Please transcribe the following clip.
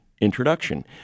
introduction